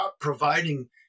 providing